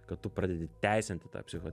kad tu pradedi teisinti tą psicho